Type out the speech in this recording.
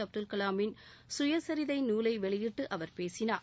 அப்துல் கலாமின் சுயசிதை நூலை வெளியிட்டு அவர் பேசினார்